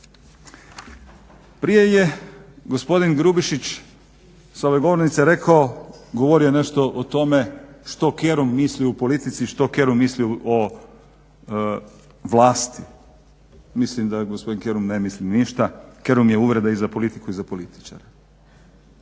Prije je gospodin Grubišić s ove govornice rekao, govorio je nešto o tome što Kerum misli u politici, što Kerum misli o vlasti? Mislim da gospodin Kerum ne misli ništa, Kerum je uvrjeda i za politiku i za političare